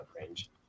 range